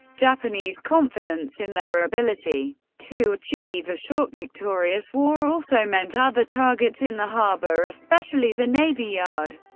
japanese confidence in their ability to achieve a short, victorious war also meant other targets in the harbor, especially the navy yard,